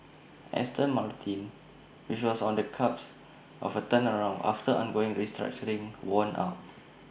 Aston Martin which was on the cusps of A turnaround after undergoing restructuring won out